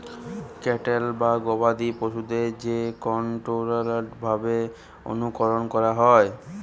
cattle বা গবাদি পশুদের যে কনটোরোলড ভাবে অনুকরল ক্যরা হয়